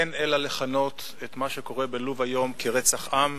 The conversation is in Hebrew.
אין לכנות את מה שקורה בלוב היום אלא כרצח עם,